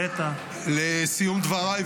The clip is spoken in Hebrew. לסיום דבריי,